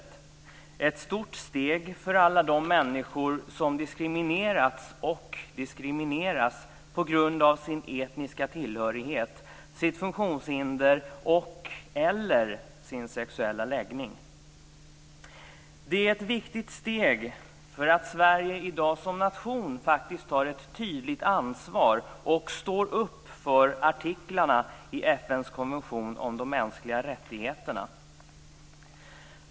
Det är ett stort steg för alla de människor som diskriminerats och diskrimineras på grund av sin etniska tillhörighet, sitt funktionshinder och/eller sin sexuella läggning. Det är ett viktigt steg då Sverige i dag som nation faktiskt tar ett tydligt ansvar och står upp för artiklarna i FN:s konvention om de mänskliga rättigheterna.